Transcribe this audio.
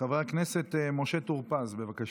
חבר הכנסת משה טור פז, בבקשה.